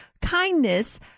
kindness